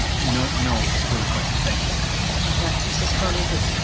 ah no, no further questions. thank you know mrs cloniger.